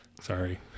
sorry